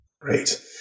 great